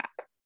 app